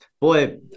boy